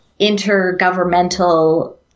intergovernmental